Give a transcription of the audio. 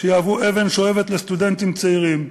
שיהיו אבן שואבת לסטודנטים צעירים.